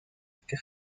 este